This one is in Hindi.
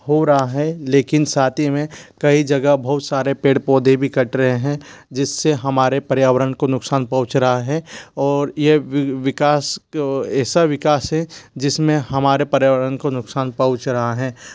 हो रहा है लेकिन साथ ही मैं कई जगह बहुत सारे पेड़ पोधे भी कट रहे हैं जिस से हमारे पर्यावरन को नुक़सान पऊँच रहा है और यह विकास ऐसा विकास है जिस में हमारे पर्यावरन को नुक़सान पऊँच रहा है